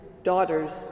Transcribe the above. Daughters